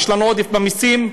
יש לנו עודף במסים,